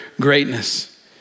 greatness